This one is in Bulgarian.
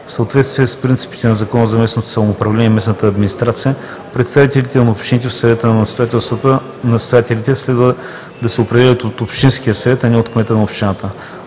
В съответствие с принципите на Закона за местното самоуправление и местната администрация представителите на общините в съветите на настоятелите следва да се определят от общинския съвет, а не от кмета на общината.